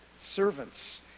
servants